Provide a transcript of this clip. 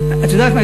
את יודעת מה,